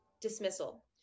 dismissal